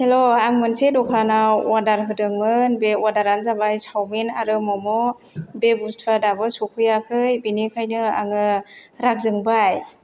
हेल' आं मोनसे दखानाव अर्दार होदोंमोन बे अर्दार आनो जाबाय सावमिन आरो मम' बे बुस्थुया दाबो सौफैयाखै बिनिखायनो आङो रागा जोंबाय